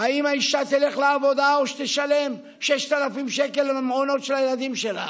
אם האישה תלך לעבודה או שתשלם 6,000 שקל על המעונות של הילדים שלה.